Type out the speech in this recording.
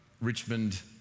Richmond